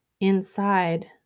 inside